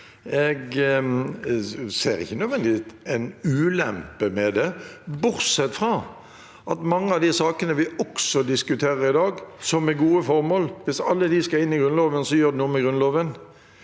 Jeg ser ikke nødven- digvis en ulempe med det, bortsett fra at hvis alle de sakene som vi også diskuterer i dag, som er gode formål, skal inn i Grunnloven, så gjør det noe med Grunnloven.